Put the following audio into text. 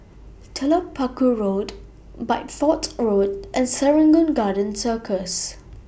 Telok Paku Road Bideford Road and Serangoon Garden Circus